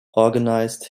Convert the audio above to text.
organized